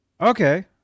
okay